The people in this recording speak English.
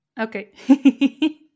Okay